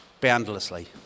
boundlessly